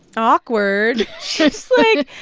awkward she's like,